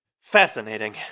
Fascinating